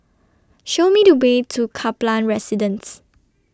Show Me The Way to Kaplan Residence